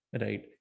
right